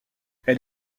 elle